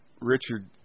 Richard